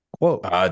quote